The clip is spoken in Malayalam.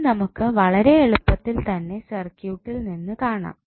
ഇത് നമുക്ക് വളരെ എളുപ്പത്തിൽ തന്നെ സർക്യൂട്ടിൽ നിന്ന് കാണാം